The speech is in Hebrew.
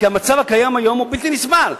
כי המצב הקיים היום הוא בלתי נסבל,